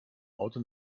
auto